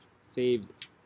saved